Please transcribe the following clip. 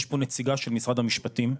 יש פה נציגה של משרד המשפטים,